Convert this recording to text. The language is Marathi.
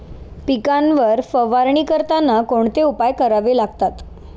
पिकांवर फवारणी करताना कोणते उपाय करावे लागतात?